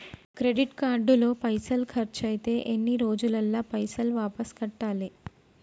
Credit card లో పైసల్ ఖర్చయితే ఎన్ని రోజులల్ల పైసల్ వాపస్ కట్టాలే?